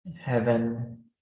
Heaven